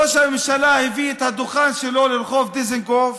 ראש הממשלה הביא את הדוכן שלו לרחוב דיזנגוף,